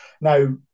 Now